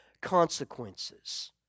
consequences